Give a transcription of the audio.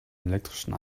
elektrischen